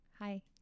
hi